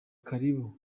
karibu